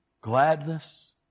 gladness